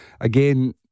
Again